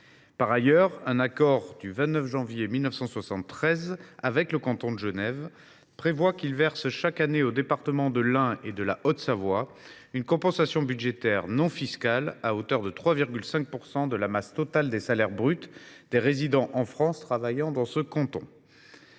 Par ailleurs, un accord du 29 janvier 1973 avec le canton de Genève prévoit que celui ci verse chaque année aux départements de l’Ain et de la Haute Savoie une compensation budgétaire non fiscale à hauteur de 3,5 % de la masse totale des salaires bruts des résidents en France travaillant dans ce canton.